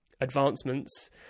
advancements